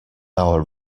our